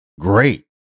great